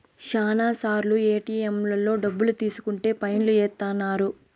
శ్యానా సార్లు ఏటిఎంలలో డబ్బులు తీసుకుంటే ఫైన్ లు ఏత్తన్నారు